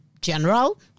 general